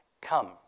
come